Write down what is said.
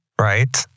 right